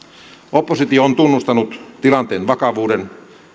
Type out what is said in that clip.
oppositio on tunnustanut tilanteen vakavuuden